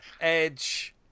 Edge